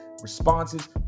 Responses